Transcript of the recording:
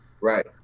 Right